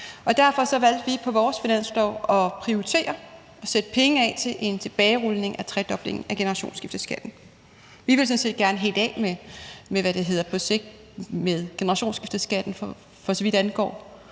Derfor valgte vi i vores finanslovsforslag at prioritere at sætte penge af til en tilbagerulning af tredoblingen af generationsskifteskatten. Vi vil sådan set gerne på sigt helt af med generationsskifteskatten, for så vidt angår